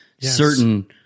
certain